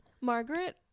margaret